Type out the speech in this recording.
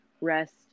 rest